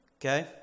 Okay